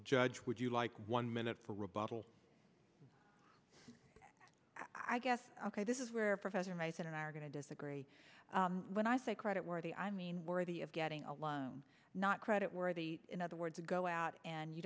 judge would you like one minute for rebuttal i guess ok this is where professor mason and i are going to disagree when i say credit worthy i mean worthy of getting a loan not credit worthy in other words we go out and you